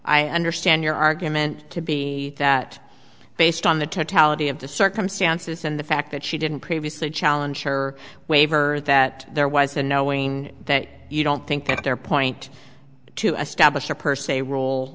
i understand your argument to be that based on the totality of the circumstances and the fact that she didn't previously challenge her waiver that there was a knowing that you don't think that their point to establish a per se role